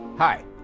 Hi